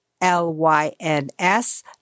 L-Y-N-S